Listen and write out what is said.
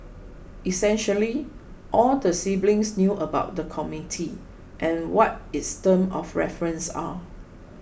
essentially all the siblings knew about the committee and what its terms of reference are